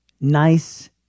Nice